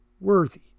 worthy